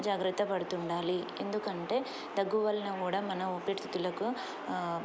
జాగ్రత్త పడుతుండాలి ఎందుకంటే దగ్గు వలన కూడా మన ఊపిరితిత్తులకు